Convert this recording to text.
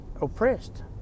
oppressed